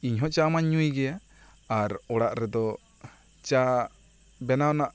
ᱤᱧ ᱦᱚᱸ ᱪᱟ ᱢᱟᱹᱧ ᱧᱩᱭ ᱜᱮᱭᱟ ᱟᱨ ᱚᱲᱟᱜ ᱨᱮ ᱫᱚ ᱪᱟ ᱵᱮᱱᱟᱣ ᱨᱮᱱᱟᱜ